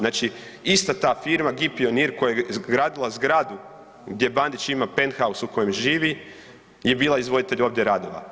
Znači ista ta firma GIP Pionir koja je gradila zgradu gdje Bandić ima penthouses u kojem živi je bila izvoditelj ovdje radova.